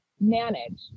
manage